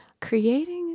creating